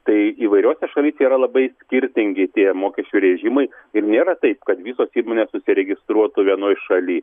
tai įvairiose šalyse yra labai skirtingi tie mokesčių režimai ir nėra taip kad visos įmonės užsiregistruotų vienoj šaly